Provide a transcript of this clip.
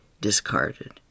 discarded